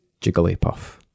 Jigglypuff